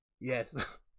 yes